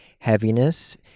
heaviness